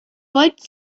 wollte